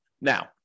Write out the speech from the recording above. Now